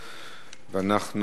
ואנחנו,